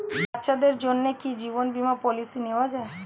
বাচ্চাদের জন্য কি জীবন বীমা পলিসি নেওয়া যায়?